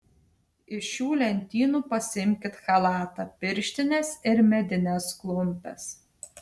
iš šių lentynų pasiimkit chalatą pirštines ir medines klumpes